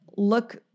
look